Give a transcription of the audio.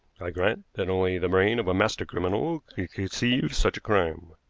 i grant that only the brain of a master criminal could conceive such a crime.